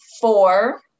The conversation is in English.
four